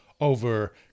over